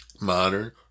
modern